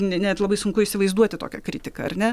ne net labai sunku įsivaizduoti tokią kritiką ar ne